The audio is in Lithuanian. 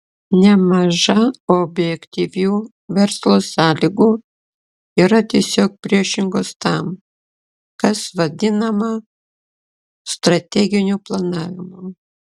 nemaža objektyvių verslo sąlygų yra tiesiog priešingos tam kas vadinama strateginiu planavimu